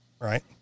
right